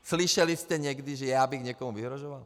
Slyšeli jste někdy, že já bych někomu vyhrožoval?